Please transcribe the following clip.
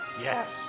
Yes